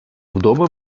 вдома